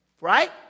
Right